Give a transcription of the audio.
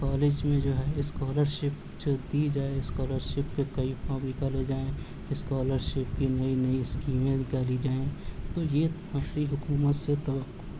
college میں جو ہے اسکالر شپ جو دی جائے اسکالر شپ کے کئی فارم نکالے جائیں اسکالر شپ کی نئی نئی اسکیمیں نکالی جائیں تو یہ ہماری حکومت سے توقع